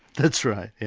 that's right, yes.